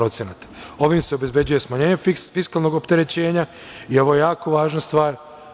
Ovim se obezbeđuje smanjenje fiskalnog opterećenja i ovo je jako važna stvar.